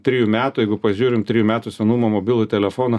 trijų metų jeigu pažiūrim trijų metų senumo mobilų telefoną